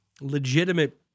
legitimate